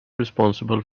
responsible